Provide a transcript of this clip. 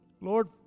Lord